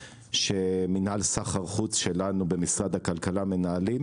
שמנהל סחר חוץ שלנו במשרד הכלכלה מנהלים,